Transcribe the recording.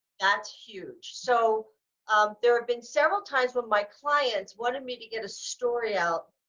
that's huge. so um there have been several times when my clients wanted me to get a story out,